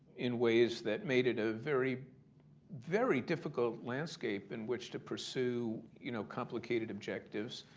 in ways that made it a very very difficult landscape in which to pursue, you know, complicated objectives.